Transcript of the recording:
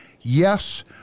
yes